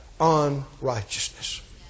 unrighteousness